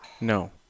No